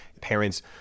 Parents